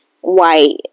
white